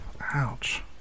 Ouch